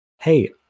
hey